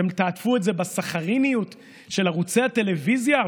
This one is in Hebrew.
אתם תעטפו את זה בסכריניות של ערוצי הטלוויזיה,